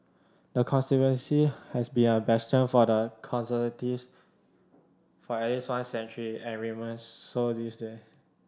the constituency has been a bastion for the Conservatives for at least one century and remains so this day